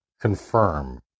confirm